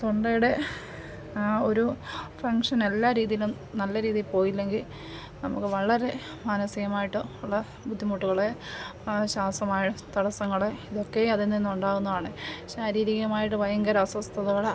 തൊണ്ടയുടെ ആ ഒരു ഫംഗ്ഷനെല്ലാ രീതിയിലും നല്ല രീതിയിൽപ്പോയില്ലെങ്കിൽ നമുക്ക് വളരെ മാനസികമായിട്ട് ഉള്ള ബുദ്ധിമുട്ടുകളേ ആ ശ്വാസമായ തടസ്സങ്ങൾ ഇതൊക്കെയും അതിൽനിന്ന് ഉണ്ടാവുന്നതാണ് ശാരീരികമായിട്ട് ഭയങ്കര അസ്വസ്ഥതകളാണ്